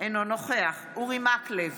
אינו נוכח אורי מקלב,